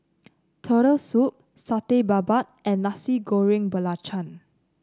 Turtle Soup Satay Babat and Nasi Goreng Belacan